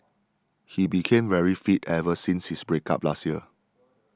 he became very fit ever since his break up last year